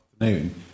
afternoon